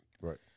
Right